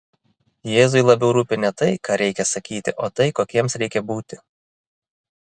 jėzui labiau rūpi ne tai ką reikia sakyti o tai kokiems reikia būti